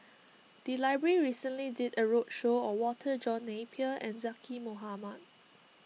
the library recently did a roadshow on Walter John Napier and Zaqy Mohamad